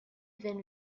been